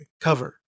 cover